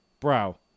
bro